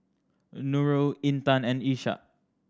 Nurul Intan and Ishak